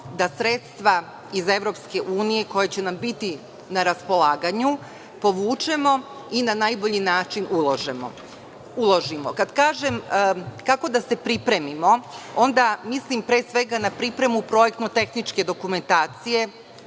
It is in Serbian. da sredstva iz EU koja će nam biti na raspolaganju povučemo i na najbolji način uložimo. Kada kažem kako da se pripremimo, onda mislim pre svega na pripremu projektno tehničke administracije